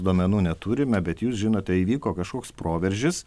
duomenų neturime bet jūs žinote įvyko kažkoks proveržis